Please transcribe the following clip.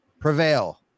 prevail